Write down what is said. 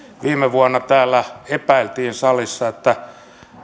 viime vuonna epäiltiin täällä salissa että